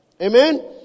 Amen